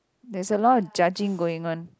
there's a lot of judging going on